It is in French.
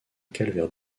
calvaire